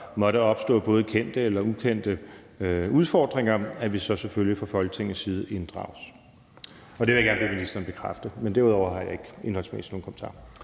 måtte opstå både kendte eller ukendte udfordringer, selvfølgelig løbende fra Folketingets side inddrages. Og det vil jeg gerne bede ministeren bekræfte. Men derudover har jeg ikke indholdsmæssigt nogen kommentarer.